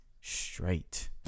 straight